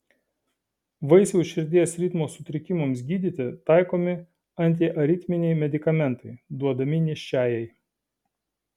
vaisiaus širdies ritmo sutrikimams gydyti taikomi antiaritminiai medikamentai duodami nėščiajai